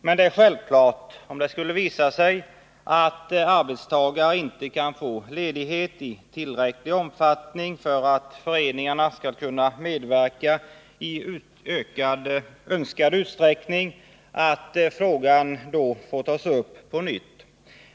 Men om det skulle visa sig att arbetstagare inte kan få ledighet i tillräcklig omfattning för att föreningarna skall kunna medverka i önskad utsträckning är det självklart att frågan får tas upp på nytt.